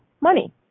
money